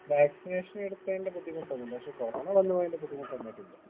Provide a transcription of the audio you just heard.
vaccination എടുത്തതിൻ്റെ ബുദ്ധിമുട്ടൊന്നുമല്ല പക്ഷെ കൊറോണ വന്നു പോയതിൻ്റെ ബുദ്ധിമുട്ട് നന്നായിട്ടുണ്ട്